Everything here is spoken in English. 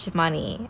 money